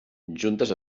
juntes